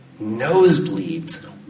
nosebleeds